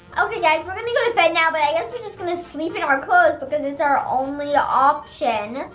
okay guys, we're gonna go to bed now. but i guess we're just gonna sleep in our clothes because it's our only ah option.